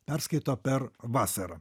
perskaito per vasarą